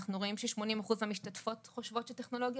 אנחנו רואים שכ-80% מהמשתתפות חושבות שטכנולוגיה